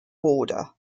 border